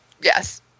yes